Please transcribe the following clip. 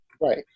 Right